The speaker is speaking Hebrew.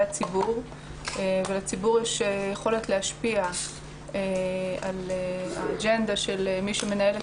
הציבור ולציבור יש יכולת להשפיע על האג'נדה של מי שמנהל את